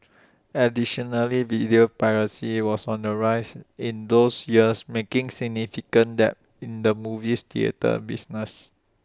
additionally video piracy was on the rise in those years making significant dent in the movies theatre business